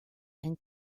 and